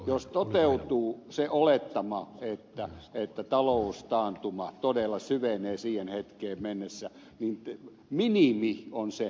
jos toteutuu se olettama että taloustaantuma todella syvenee siihen hetkeen mennessä niin minimi on se